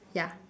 ya